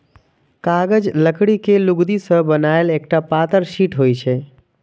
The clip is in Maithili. कागज लकड़ी के लुगदी सं बनल एकटा पातर शीट होइ छै